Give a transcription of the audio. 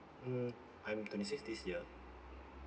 mm I'm twenty six this year